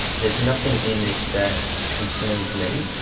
there's nothing in this that concerns me.